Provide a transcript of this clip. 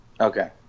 okay